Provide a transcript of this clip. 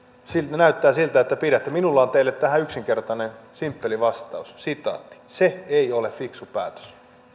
näyttää siltä että pidätte minulla on teille tähän yksinkertainen simppeli vastaus se ei ole fiksu päätös